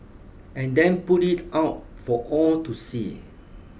and then put it out for all to see